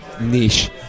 niche